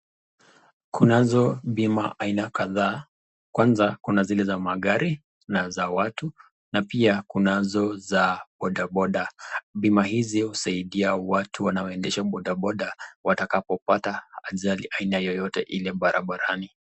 Kunazo bima aina kadhaa. Kwanza kuna zile za magari, kuna za watu na pia kunazo za boda boda. Bima hizi husaidia watu wanaoendesha boda boda watakapopata ajali aina yoyote ile barabarani.